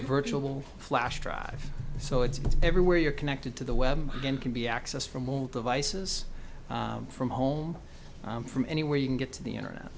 a virtual flash drive so it's everywhere you're connected to the web and can be accessed from old devices from home from anywhere you can get to the internet